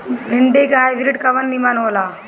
भिन्डी के हाइब्रिड कवन नीमन हो ला?